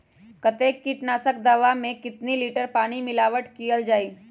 कतेक किटनाशक दवा मे कितनी लिटर पानी मिलावट किअल जाई?